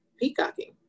peacocking